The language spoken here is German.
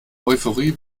euphorie